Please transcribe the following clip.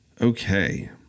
Okay